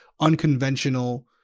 unconventional